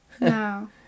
No